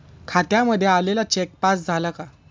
खात्यामध्ये आलेला cheque pass झाला का?